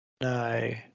No